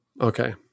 okay